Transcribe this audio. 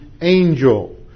angel